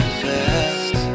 fast